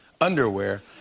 underwear